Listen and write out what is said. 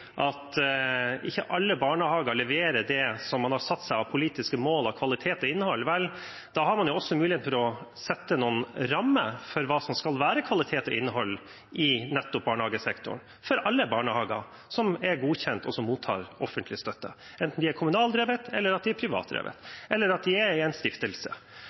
at ikke alle barnehager leverer det man har satt seg av politiske mål når det gjelder kvalitet og innhold, har man jo mulighet for å sette noen rammer for hva som skal være kvalitet og innhold i barnehagesektoren for alle barnehager som er godkjent, og som mottar offentlig støtte – enten de er kommunalt drevet, privat drevet eller en stiftelse.